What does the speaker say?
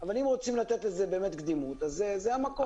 אבל אם רוצים לתת לזה באמת קדימות, אז זה המקום.